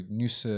news